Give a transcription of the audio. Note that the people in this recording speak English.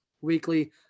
weekly